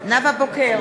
נאוה בוקר,